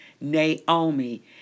Naomi